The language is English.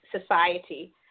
society